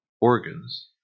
organs